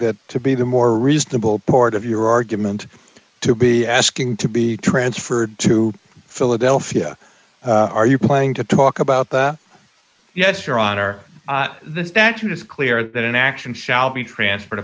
me to be the more reasonable part of your argument to be asking to be transferred to philadelphia are you planning to talk about that yes your honor the statute is clear that an action shall be transferred